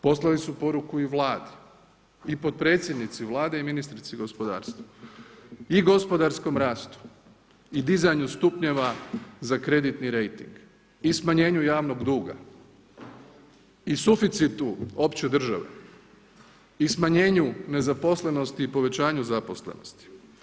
Poslali su poruku i Vladi i potpredsjednici Vlade i ministrici gospodarstva i gospodarskom rastu i dizanju stupnjeva za kreditni rejting i smanjenju javnog duga i suficitu opće države i smanjenju nezaposlenosti i povećanju zaposlenosti.